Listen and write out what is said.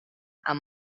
amb